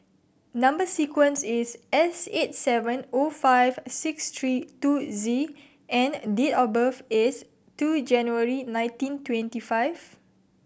number sequence is S eight seven O five six three two Z and date of birth is two January nineteen twenty five